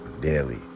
daily